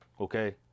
Okay